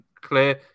Clear